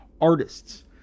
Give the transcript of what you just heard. artists